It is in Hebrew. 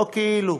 לא כאילו,